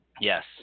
Yes